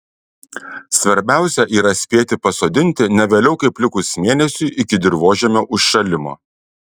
svarbiausia yra spėti pasodinti ne vėliau kaip likus mėnesiui iki dirvožemio užšalimo